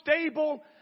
stable